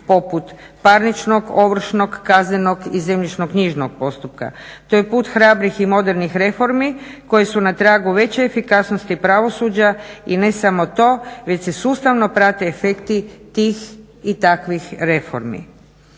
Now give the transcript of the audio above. poput parničnog, ovršnog, kaznenog i zemljišno-knjižnog postupka. To je put hrabrih i modernih reformi koje su na tragu veće efikasnosti pravosuđa i ne samo to već se sustavno prate efekti tih i takvih reformi.